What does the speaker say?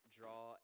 draw